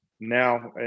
now